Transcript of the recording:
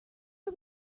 are